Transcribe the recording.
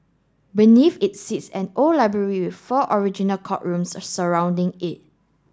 beneath it sits the old library with four original courtrooms surrounding it